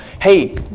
hey